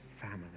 family